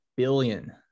Billion